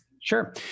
Sure